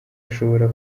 ashobora